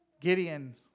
Gideon